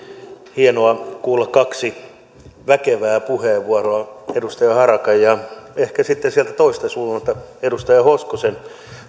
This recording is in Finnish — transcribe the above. hienoa kuulla kaksi väkevää puheenvuoroa edustaja harakan ja ehkä sitten sieltä toiselta suunnalta edustaja hoskosen